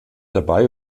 dabei